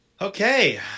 Okay